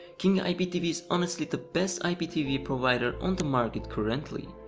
king iptv is honestly the best iptv provider on the market currently,